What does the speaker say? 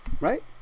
right